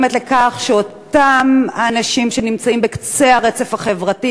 לכך שאותם האנשים שנמצאים בקצה הרצף החברתי,